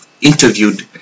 interviewed